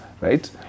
right